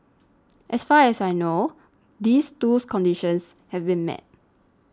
as far as I know these two conditions have been met